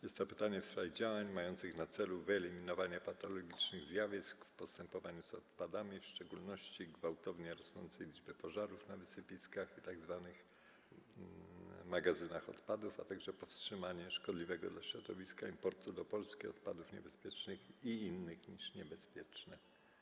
Jest to pytanie w sprawie działań mających na celu wyeliminowanie patologicznych zjawisk w postępowaniu z odpadami, w szczególności gwałtownie rosnącej liczby pożarów na wysypiskach i w tzw. magazynach odpadów, a także powstrzymanie szkodliwego dla środowiska importu do Polski odpadów niebezpiecznych i innych niż niebezpieczne.